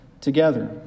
together